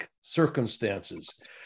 circumstances